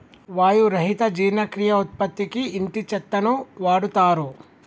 వాయి రహిత జీర్ణక్రియ ఉత్పత్తికి ఇంటి చెత్తను వాడుతారు